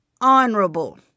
honorable